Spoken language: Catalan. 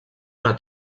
una